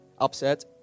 upset